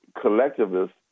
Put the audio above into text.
collectivists